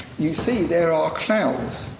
you see, there are clouds